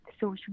social